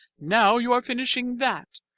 now you are finishing that,